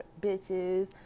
bitches